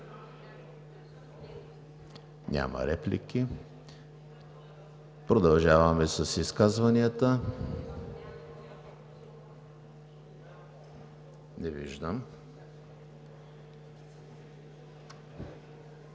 Няма. Продължаваме с изказванията. Не виждам